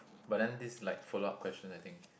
but then this is like followed up question I think